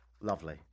Lovely